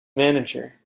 manager